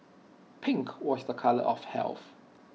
pink was A colour of health